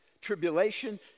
tribulation